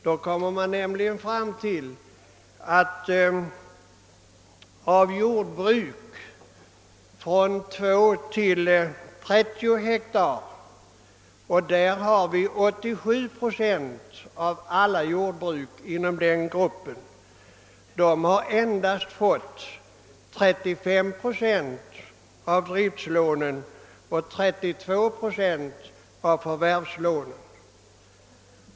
Vi kommer nämligen då fram till att jordbruk från 2 till 30 hektar — och inom den gruppen finns Åtgärder för att åstadkomma bärkraftiga och effektiva familjejordbruk 87 procent av alla jordbruk — endast har fått 35 procent av driftslånen och 32 procent av förvärvslånen.